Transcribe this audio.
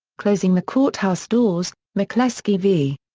closing the courthouse doors mccleskey v.